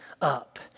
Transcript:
up